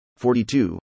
42